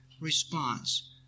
response